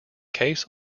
case